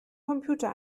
computer